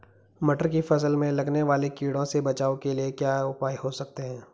मटर की फसल में लगने वाले कीड़ों से बचाव के क्या क्या उपाय हो सकते हैं?